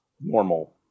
normal